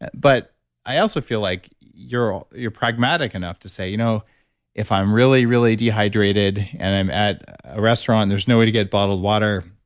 but i also feel like you're ah your pragmatic enough to say, you know if i'm really, really dehydrated and i'm at a restaurant, there's no way to get bottled water,